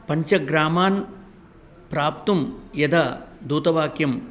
पञ्चग्रामान् प्राप्तुं यदा दूतवाक्यं